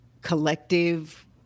collective